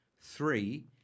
three